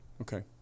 Okay